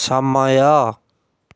ସମୟ